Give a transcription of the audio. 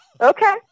okay